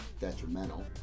detrimental